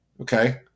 Okay